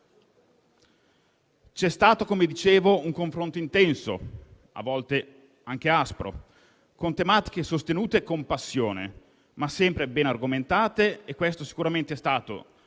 C'è stato - come dicevo - un confronto intenso, a volte anche aspro, con tematiche sostenute con passione, ma sempre ben argomentate, e questo sicuramente è stato,